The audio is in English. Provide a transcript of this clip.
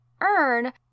earn